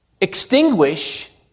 extinguish